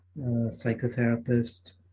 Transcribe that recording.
psychotherapist